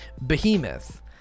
Behemoth